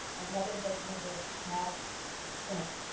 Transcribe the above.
another herc member, has done.